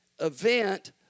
event